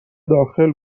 داخل